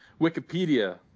Wikipedia